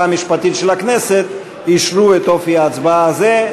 המשפטית של הכנסת אישרו את אופי ההצבעה הזה,